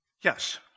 Yes